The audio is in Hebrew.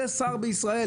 זה שר בישראל?